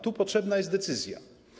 Tu potrzebna jest decyzja.